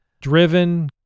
Driven